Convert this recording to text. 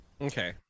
Okay